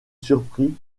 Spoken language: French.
surpris